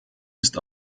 ist